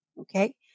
Okay